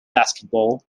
basketball